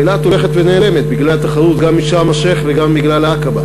אילת הולכת ונעלמת בגלל התחרות גם עם שארם-א-שיח' וגם בגלל עקבה.